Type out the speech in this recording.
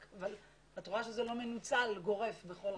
אבל את רואה שזה לא מנוצל באופן גורף.